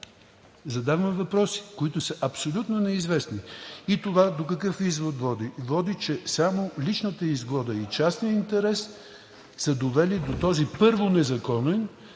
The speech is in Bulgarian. Задавам въпроси, които са абсолютно неизвестни. Това до какъв извод води? Води, че само личната изгода и частният интерес са довели до този, първо, незаконен,